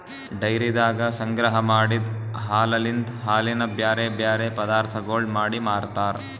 ಡೈರಿದಾಗ ಸಂಗ್ರಹ ಮಾಡಿದ್ ಹಾಲಲಿಂತ್ ಹಾಲಿನ ಬ್ಯಾರೆ ಬ್ಯಾರೆ ಪದಾರ್ಥಗೊಳ್ ಮಾಡಿ ಮಾರ್ತಾರ್